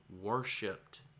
worshipped